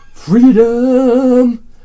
Freedom